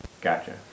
Gotcha